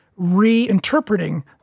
reinterpreting